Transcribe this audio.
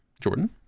Jordan